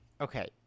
Okay